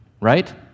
right